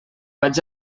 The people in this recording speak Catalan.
vaig